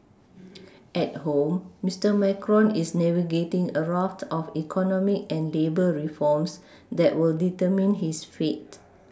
at home Mister Macron is navigating a raft of economic and labour reforms that will determine his fate